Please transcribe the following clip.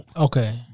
Okay